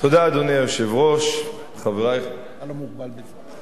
אדוני היושב-ראש, תודה, חברי, אתה לא מוגבל בזמן.